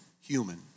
human